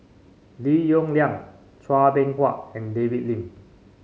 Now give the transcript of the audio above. Lim Yong Liang Chua Beng Huat and David Lim